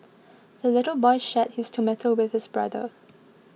the little boy shared his tomato with his brother